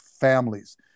families